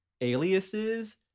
aliases